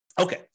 Okay